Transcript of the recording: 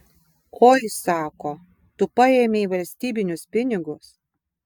oi sako tu paėmei valstybinius pinigus